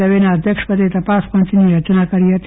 દવેના અધ્યક્ષપદે તપાસ પંચની રચના કરી હતી